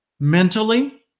Mentally